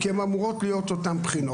כי הן אמורות להיות אותן בחינות.